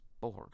bored